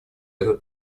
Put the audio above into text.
этот